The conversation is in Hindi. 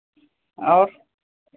और